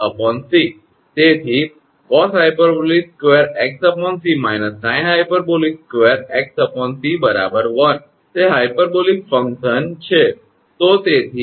તેથી cosh2𝑥𝑐 − sinh2𝑥𝑐 1 તે hyperbolic function છે